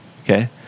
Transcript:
okay